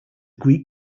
greek